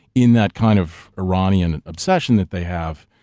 in that kind of iranian obsession that they have,